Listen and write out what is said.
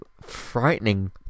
frightening